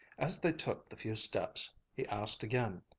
as they took the few steps he asked again,